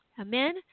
Amen